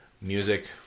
music